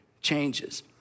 changes